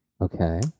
Okay